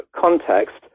context